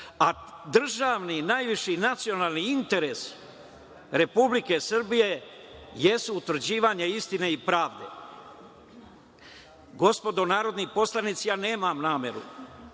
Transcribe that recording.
a državni najviši nacionalni interes Republike Srbije jeste utvrđivanje istine i pravde. Gospodo narodni poslanici, nemam nameru